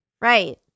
Right